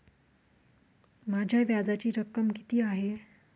माझ्या व्याजाची रक्कम किती आहे?